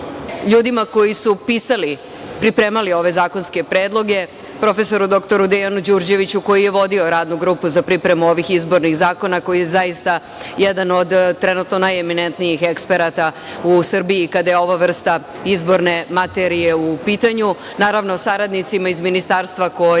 ljudima koji su pisali, pripremali ove zakonske predloge, prof. dr Dejanu Đurđeviću koji je vodio Radnu grupu za pripremu ovih izbornih zakona, koji je zaista jedan od trenutno najeminentnijih eksperata u Srbiji kada je ova vrsta izborne materije u pitanju. Naravno, saradnicima iz Ministarstva koji